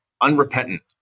unrepentant